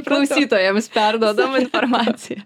klausytojams perduodama informacija